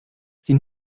sie